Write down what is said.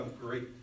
great